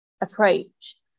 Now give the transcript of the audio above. approach